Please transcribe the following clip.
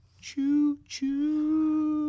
Choo-choo